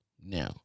now